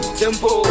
tempo